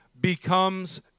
becomes